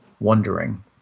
Wondering